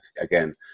again